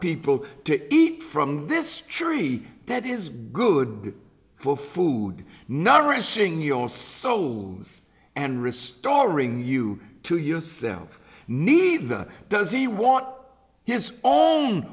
people to eat from this tree that is good for food not rushing your souls and restoring you to yourself neither does he want his own